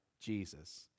Jesus